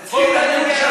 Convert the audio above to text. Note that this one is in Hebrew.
למה, מרגי,